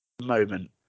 Moment